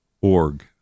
Org